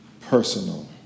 personal